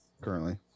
currently